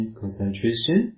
concentration